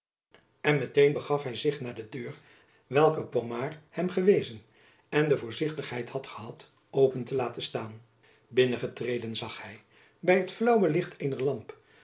en met-een begaf hy zich naar de deur welke pomard hem gewezen en de voorzichtigheid had gehad open te laten staan binnen getreden zag hy by het flaauwe licht eener lamp